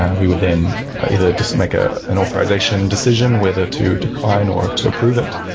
and we would then either just make ah an authorization decision whether to decline or to approve it,